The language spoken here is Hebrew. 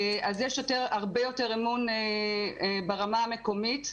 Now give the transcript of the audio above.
אז יש הרבה יותר אמון ברמה המקומית,